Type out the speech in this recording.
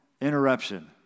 interruption